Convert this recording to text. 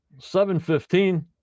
7.15